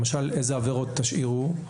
למשל איזה עבירות תשאירו,